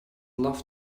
love